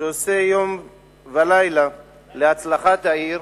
שעושה ימים ולילות להצלחת העיר.